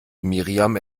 miriam